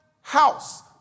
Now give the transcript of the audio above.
house